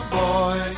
boy